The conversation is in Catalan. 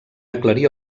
aclarir